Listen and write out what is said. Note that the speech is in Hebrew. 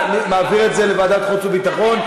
מעביר את זה לוועדת חוץ וביטחון.